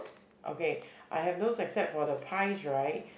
okay I have those except for the pies right